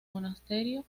monasterio